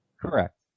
Correct